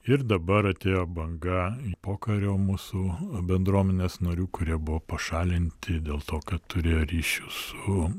ir dabar atėjo banga pokario mūsų bendruomenės narių kurie buvo pašalinti dėl to kad turėjo ryšį su